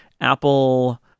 Apple